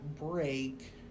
break